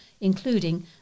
including